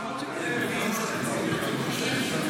אבל החוק הזה מביא איתו תקציב --- כרגע